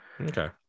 okay